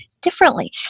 differently